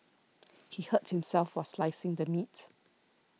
he hurt himself while slicing the meat